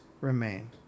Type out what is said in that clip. remain